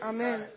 Amen